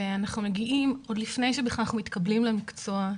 ולפני שאנחנו בכלל מתקבלים למקצוע,